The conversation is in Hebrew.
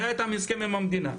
היה איתם הסכם עם המדינה.